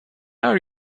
are